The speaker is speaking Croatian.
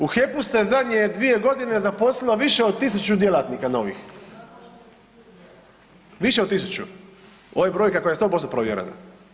U HEP-u se zadnje 2.g. zaposlilo više od 1000 djelatnika novih, više od 1000, ovo je brojka koja je 100% provjerena.